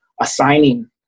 assigning